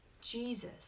Jesus